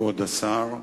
כבוד השר,